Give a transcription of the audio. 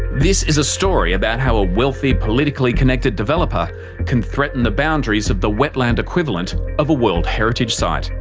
this is a story about how a wealthy, politically connected developer can threaten the boundaries of the wetland equivalent of a world heritage site.